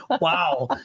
wow